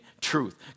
truth